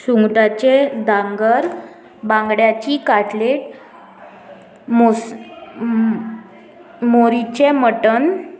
सुंगटाचे दांगर बांगड्याची काटलेट मोस मोरीचें मटन